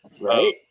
Right